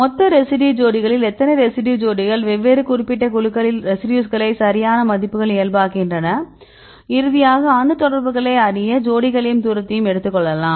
மொத்த ரெசிடியூ ஜோடிகளில் எத்தனை ரெசிடியூ ஜோடிகள் வெவ்வேறு குறிப்பிட்ட குழுக்களில் ரெசிடியூஸ்களை சரியான மதிப்புகளில் இயல்பாக்குகின்றன இறுதியாக அணு தொடர்புகளை அறிய ஜோடிகளையும் தூரத்தையும் எடுத்துக் கொள்ளலாம்